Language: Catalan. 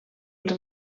els